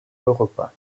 europa